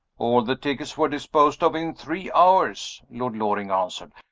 all the tickets were disposed of in three hours, lord loring answered.